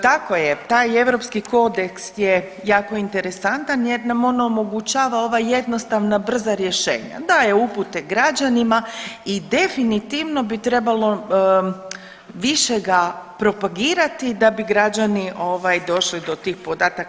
Tako je, taj Europski kodeks je jako interesantan jer nam on omogućava ova jednostavna brza rješenja, daje upute građanima i definitivno bi trebalo više ga propagirati da bi građani došli do tih podataka.